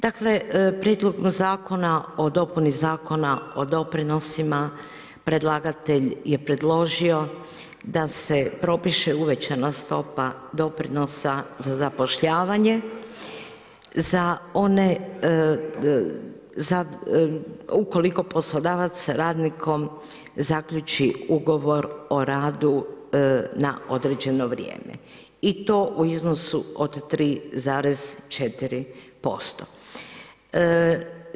Dakle Prijedlogom zakona o dopuni Zakona o doprinosima predlagatelj je predložio da se propiše uvećana stopa doprinosa za zapošljavanje ukoliko poslodavac s radnikom zaključi ugovor o radu na određeno vrijeme i to u iznosu od 3,4%